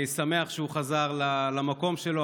אני שמח שהוא חזר למקום שלו,